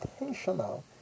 intentional